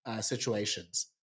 situations